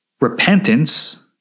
repentance